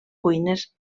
cuines